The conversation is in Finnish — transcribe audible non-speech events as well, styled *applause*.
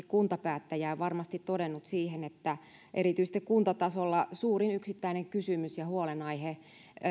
*unintelligible* kuntapäättäjä ja varmasti todennut että erityisesti kuntatasolla suurin yksittäinen kysymys ja huolenaihe